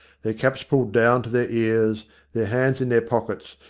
their caps pulled down to their ears, their hands in their pockets,